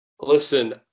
Listen